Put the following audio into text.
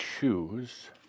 choose